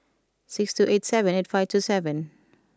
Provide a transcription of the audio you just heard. six two eight seven eight five two seven